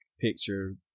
picture